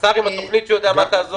השר עם התוכנית שיודע שתעזור